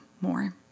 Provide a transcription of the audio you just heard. more